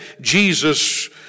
Jesus